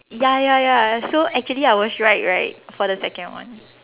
ya ya ya so actually I was right right for the second one